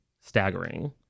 staggering